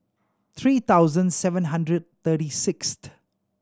three thousand seven hundred thirty sixth